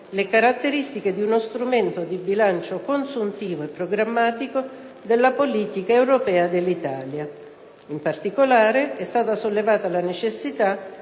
le caratteristiche di uno strumento di bilancio consuntivo e programmatico della politica europea dell'Italia. In particolare, è stata sollevata la necessità